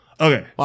Okay